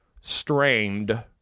strained